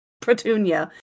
Petunia